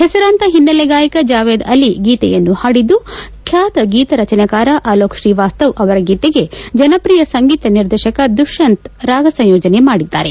ಹೆಸರಾಂತ ಹಿನ್ನೆಲೆ ಗಾಯಕ ಜಾವೇದ್ ಅಲಿ ಗೀತೆಯನ್ನು ಹಾಡಿದ್ದು ಖ್ಯಾತ ಗೀತರಚನಾಕಾರ ಅಲೋಕ್ ಶ್ರೀವಾಸ್ತವ ಅವರ ಗೀತೆಗೆ ಜನಪ್ರಿಯ ಸಂಗೀತ ನಿರ್ದೇಶಕ ದುಶ್ಯಂತ್ ರಾಗ ಸಂಯೋಜನೆ ಮಾಡಿದ್ದಾರೆ